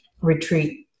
retreat